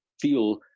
feel